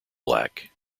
black